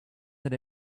that